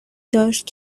داشت